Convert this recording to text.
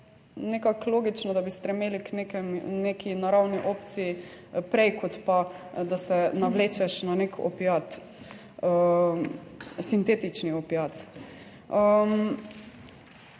nekako logično, da bi stremeli k nekim, neki naravni opciji prej kot pa da se navlečeš na nek opiat, sintetični opiat.